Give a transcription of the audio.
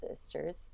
sisters